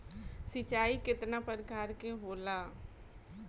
सिंचाई केतना प्रकार के होला?